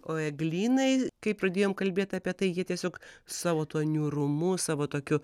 o eglynai kai pradėjom kalbėti apie tai ji tiesiog savo tuo niūrumu savo tokiu